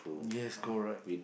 yes correct